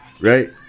Right